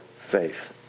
faith